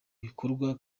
bikorwa